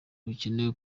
bukenewe